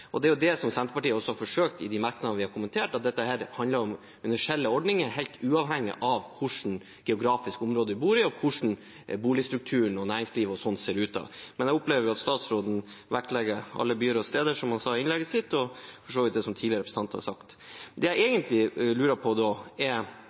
Det er det Senterpartiet har forsøkt å kommentere i merknadene, at dette handler om universelle ordninger, helt uavhengig av hvilket geografisk område man bor i, og hvordan boligstrukturen og næringslivet ser ut. Men jeg opplever at statsråden vektlegger alle byer og tettsteder, som han sa i innlegget sitt – for så vidt det som tidligere representanter har sagt. Det jeg